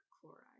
chloride